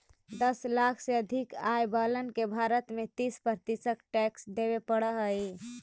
दस लाख से अधिक आय वालन के भारत में तीस प्रतिशत टैक्स देवे पड़ऽ हई